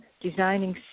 designing